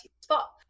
spot